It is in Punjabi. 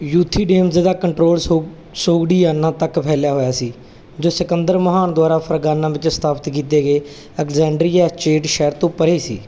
ਯੂਥੀਡੇਮਸ ਦਾ ਕੰਟਰੋਲ ਸੋ ਸੋਗਡੀਆਨਾ ਤੱਕ ਫੈਲਿਆ ਹੋਇਆ ਸੀ ਜੋ ਸਿਕੰਦਰ ਮਹਾਨ ਦੁਆਰਾ ਫਰਗਾਨਾ ਵਿੱਚ ਸਥਾਪਿਤ ਕੀਤੇ ਗਏ ਅਲੈਗਜ਼ੈਂਡਰੀਆ ਐਸਚੇਟ ਸ਼ਹਿਰ ਤੋਂ ਪਰੇ ਸੀ